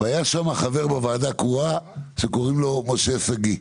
והיה שם חבר בוועדה הקרואה שקוראים לו משה שגיא.